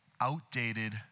outdated